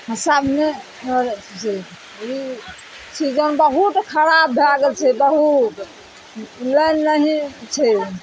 हँ सामने एम्हरेसँ गेलय हँ ई सीजन बहुत खराब भए गेल छै बहुत लाइन नहि छै